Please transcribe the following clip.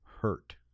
hurt